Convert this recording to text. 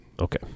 Okay